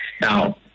Now